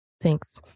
Thanks